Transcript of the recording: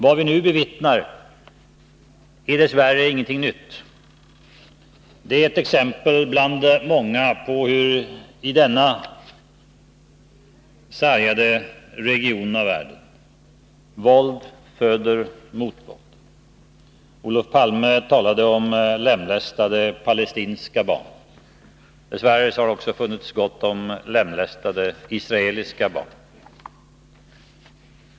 Vad vi nu bevittnar är dess värre ingenting nytt. Det är ett exempel bland många på hur i denna sargade region av världen våld föder våld. Olof Palme talade om lemlästade palestinska barn. Dess värre har det också funnits gott om lemlästade israeliska barn.